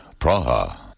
Praha. (